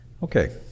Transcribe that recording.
Okay